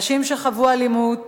נשים שחוו אלימות